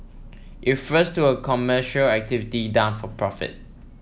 it refers to a commercial activity done for profit